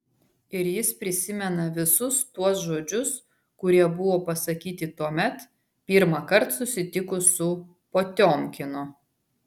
ir jis prisimena visus tuos žodžius kurie buvo pasakyti tuomet pirmąkart susitikus su potiomkinu